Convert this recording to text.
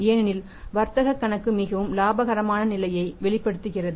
ஏனெனில் வர்த்தக கணக்கு மிகவும் இலாபகரமான நிலையை வெளிப்படுத்துகிறது